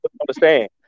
understand